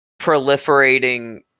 proliferating